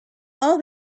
all